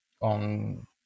on